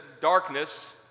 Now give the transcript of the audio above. darkness